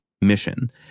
mission